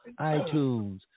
iTunes